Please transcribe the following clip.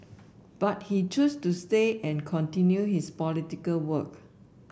but he choose to stay and continue his political work